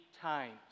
times